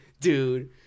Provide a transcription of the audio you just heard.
dude